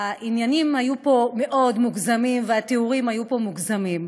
העניינים היו פה מוגזמים מאוד והתיאורים היו פה מוגזמים.